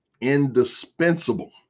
indispensable